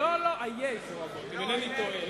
לא, עיי חורבות, אם אינני טועה.